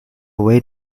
way